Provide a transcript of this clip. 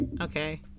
Okay